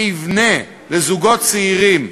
שיבנה לזוגות צעירים,